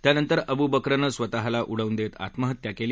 त्यानंतर अबु बक्रनं स्वतःला उडवून देत आत्महत्या केली